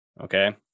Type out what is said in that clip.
Okay